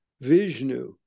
Vishnu